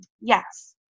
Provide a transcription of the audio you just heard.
yes